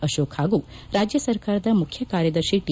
ಅಶೋಕ್ ಹಾಗೂ ರಾಜ್ಯ ಸರ್ಕಾರದ ಮುಖ್ಯ ಕಾರ್ಯದರ್ಶಿ ಟಿ